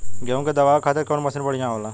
गेहूँ के दवावे खातिर कउन मशीन बढ़िया होला?